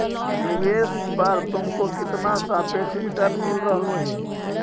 निवेश पर तुमको कितना सापेक्ष रिटर्न मिल रहलो हे